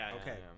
okay